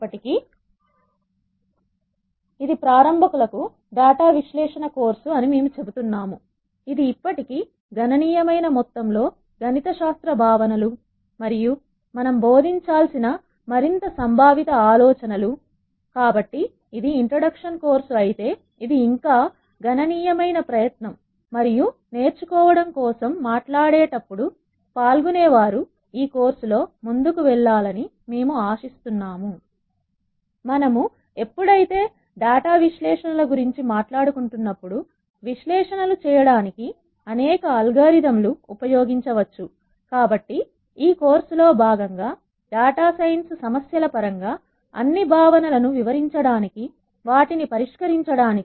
కాబట్టి ఆ కోణంలో విభిన్న డేటా విశ్లేషణ సమస్యలు మరియు అల్గోరిథంలు అర్థం చేసుకోవడానికి మీకు మేము ఒక ఫ్రేమ్ వర్క్ ఇవ్వడానికి సాధ్యమైనంతవరకు ప్రయత్నిస్తాము మరియు అధిక స్థాయి దాటి విశ్లేషణాత్మక సమస్యలను మేము పిలిచే విధంగా మార్చడానికి నిర్వహించిన నిర్మాణాత్మక విధానాన్ని అందిస్తాము పరిష్కారాల కోసం వర్క్ ఫ్లో అందిస్తాము కాబట్టి మీరు ఒక సమస్య ను తీసుకొని దాన్ని చిన్న చిన్న భాగాలుగా ఎలా విభజించవచ్చు చూడండి మరియు తగిన అల్గోరిథం ఉపయోగించి పరిష్కరించండి